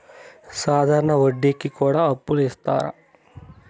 సాధారణ వడ్డీ కి కూడా అప్పులు ఇత్తారు